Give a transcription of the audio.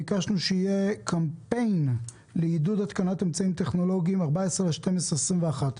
ביקשנו שיהיה קמפיין לעידוד התקנת אמצעים טכנולוגיים: 14 בדצמבר 2021,